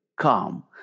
Come